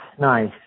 Nice